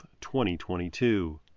2022